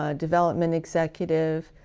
ah development executive,